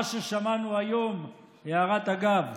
הערת אגב,